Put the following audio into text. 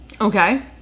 Okay